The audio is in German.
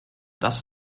das